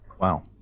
Wow